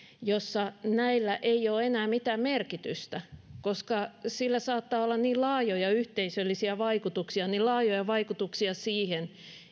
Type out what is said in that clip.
näillä ei ole enää mitään merkitystä sillä saattaa olla niin laajoja yhteisöllisiä vaikutuksia niin laajoja vaikutuksia siihen